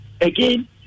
Again